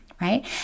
right